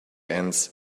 ants